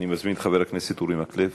אני מזמין את חבר הכנסת אורי מקלב,